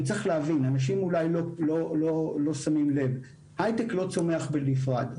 אנשים אולי לא שמים לב, אבל הייטק לא צומח בנפרד.